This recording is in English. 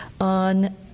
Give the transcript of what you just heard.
on